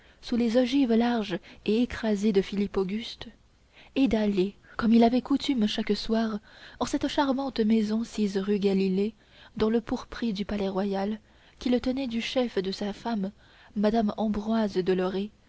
sous les ogives larges et écrasées de philippe auguste et d'aller comme il avait coutume chaque soir en cette charmante maison sise rue galilée dans le pourpris du palais-royal qu'il tenait du chef de sa femme madame ambroise de